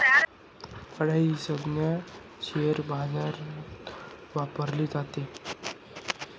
बडा ही संज्ञा शेअर बाजारात वापरली जाते